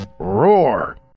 Roar